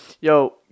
yo